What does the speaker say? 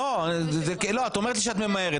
מי נמנע?